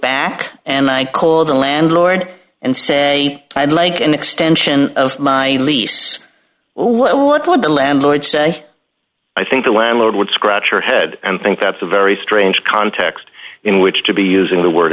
back and i call the landlord and say i'd like an extension of my lease what would the landlord say i think the landlord would scratch your head and think that's a very strange context in which to be using the word